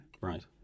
Right